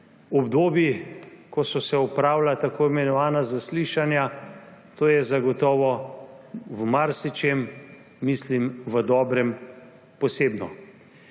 obdobij, ko so se opravljala tako imenovana zaslišanja, to je zagotovo v marsičem, mislim v dobrem, posebno.